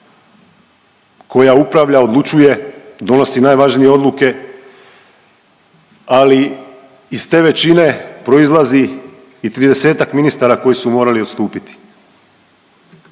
koja upravlja, odlučuje, donosi najvažnije odluke, ali iz te većine proizlazi i 30-tak ministara koji su morali odstupiti.